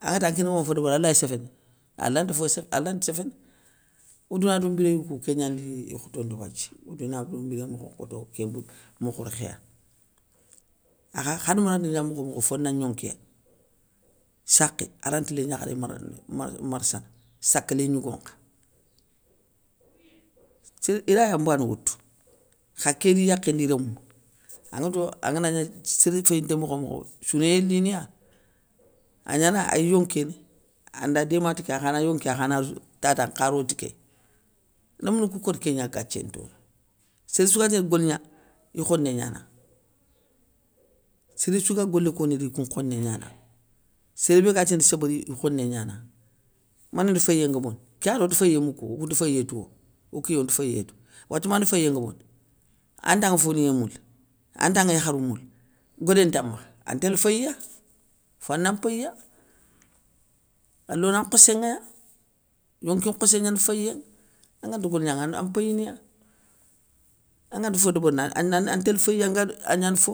Angata kén ngama fo débéri alay séféné, alanti fo séf, alanti séféné, odouna dou mbiréyou kou kégnandi, ikhotondi wathia odounadou mbiré mokho nkhoto ké bog mokhorékhéya. Akha khadama ngagna mokhomokho, fo ana gnonkéya, sakhé aranti lén gnakharé marana. mar marssana sakke lén gnigo kha. Séri iraya mbané woutou, kha ké di yakhé ndi rémou, anŋatou angana gna sér féyinté mokho mokho, sinoyé liniya, agnana ay yonkéné anda déma ti ké akhana yonké akhana tata nkha ro ti ké, lémounou kou kori kégna gathié ntounou, sérssou ga télé goligna ikhoné gnanaŋa. séréssou ga golé konida ikou nkhoné gnanaŋa, sér bégatini sébéri ikhoné gnanaŋa. Manéni féyiyé ngobondi, kéyani onti féyiyé moukouwo, okounti féyiyé touwo, okiyé onti féyiyé tou, wathia manda féyiyé ngobondi, antaŋa folinŋé moula, antanŋa yakharou moula, godé nta makha, an télé féyiya, fo ana mpéyiya, a lona nkhossé nŋaya. yonki nkhassé gnani féyiyéŋa, anganta golignanŋa, an mpéyina, anganta fo débérini an télé féyiya anga agnane fo.